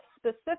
specific